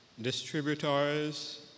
distributors